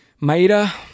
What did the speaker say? Maida